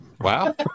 Wow